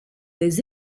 des